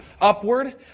upward